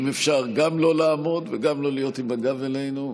אם אפשר גם לא לעמוד וגם לא להיות עם הגב אלינו,